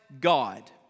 God